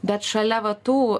bet šalia va tų